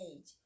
age